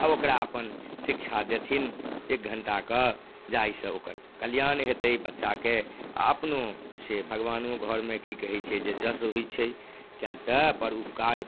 आ ओकरा अपन शिक्षा देथिन एक घंटा कऽ जाहिसँ ओकर कल्याण हेतै बच्चाके आ अपनो सऽ भगवानो घरमे की कहै छै जे जश होइ छै किएकि पर उपकार